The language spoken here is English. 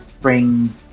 bring